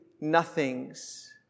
nothings